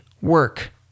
work